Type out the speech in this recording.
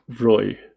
Roy